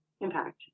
impact